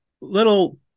little